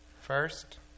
First